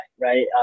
Right